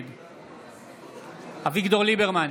נגד אביגדור ליברמן,